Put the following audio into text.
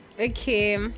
Okay